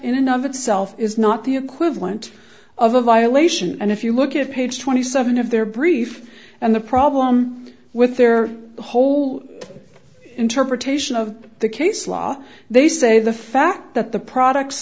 enough itself is not the equivalent of a violation and if you look at page twenty seven dollars of their brief and the problem with their whole interpretation of the case law they say the fact that the product